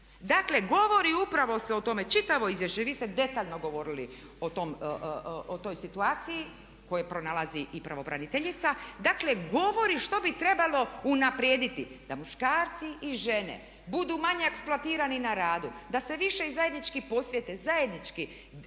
Dakle govori upravo se o tome, čitavo izvješće i vi ste detaljno govorili o toj situaciji koju pronalazi i pravobraniteljica. Dakle govori što bi trebalo unaprijediti da muškarci i žene budu manje eksploatirani na radu, da se više i zajednički posvete, zajednički